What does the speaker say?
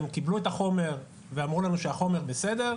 הם קיבלו את החומר ואמרו לנו שהחומר בסדר,